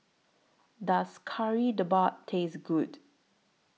Does Kari Debal Taste Good